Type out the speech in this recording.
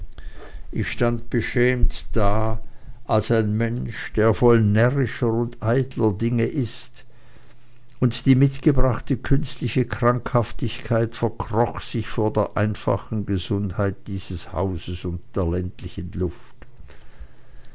ich stand beschämt da als ein mensch der voll närrischer und eitler dinge ist und die mitgebrachte künstliche krankhaftigkeit verkroch sich vor der einfachen gesundheit dieses hauses und der ländlichen luft